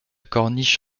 corniche